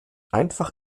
einfach